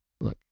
look